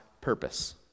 purpose